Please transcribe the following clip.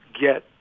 get